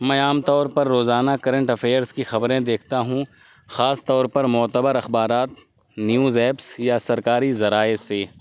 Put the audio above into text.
میں عام طور پر روزانہ کرنٹ افیئرس کی خبریں دیکھتا ہوں خاص طور پر معتبر اخبارات نیوز ایپس یا سرکاری ذرائع سے